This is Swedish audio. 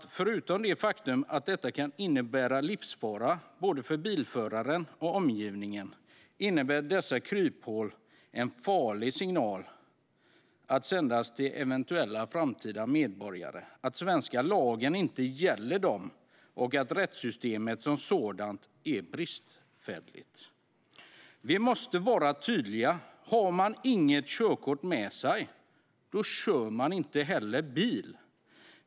Förutom det faktum att detta kan innebära livsfara för både bilföraren och omgivningen menar vi att dessa kryphål innebär att en farlig signal sänds till eventuella framtida medborgare: att den svenska lagen inte gäller dem och att rättssystemet som sådant är bristfälligt. Vi måste vara tydliga. Har man inget körkort med sig kör man inte heller bil.